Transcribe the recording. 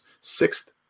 sixth